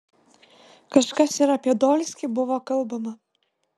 kažkas ir apie dolskį buvo kalbama